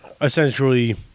essentially